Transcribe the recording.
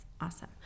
awesome